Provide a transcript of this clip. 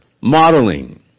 modeling